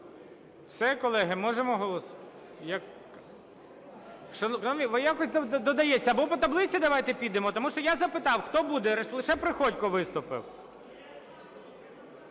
Все, колеги? Можемо голосувати? Якось додається. Або по таблиці давайте підемо. Тому що я запитав: хто буде? І лише Приходько виступив.